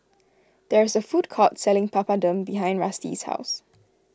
there is a food court selling Papadum behind Rusty's house